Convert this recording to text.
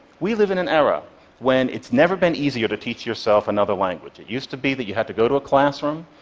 we live in an era when it's never been easier to teach yourself another language. it used to be that you had to go to a classroom,